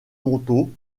montaut